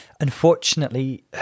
unfortunately